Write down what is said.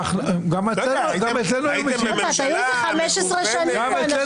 גם אצלנו היו מתנגדים.